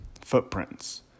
Footprints